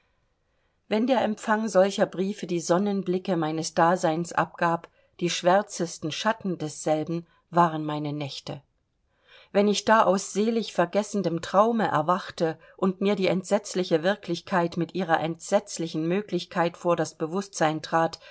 wenn der empfang solcher briefe die sonnenblicke meines daseins abgab die schwärzesten schatten desselben waren meine nächte wenn ich da aus selig vergessendem traum erwachte und mir die entsetzliche wirklichkeit mit ihrer entsetzlichen möglichkeit vor das bewußtsein trat